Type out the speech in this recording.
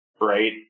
right